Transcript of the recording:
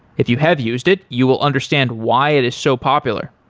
if you have used it, you will understand why it is so popular.